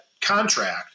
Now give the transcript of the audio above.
contract